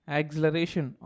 acceleration